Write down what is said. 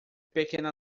pequena